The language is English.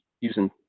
using